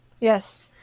Yes